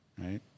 right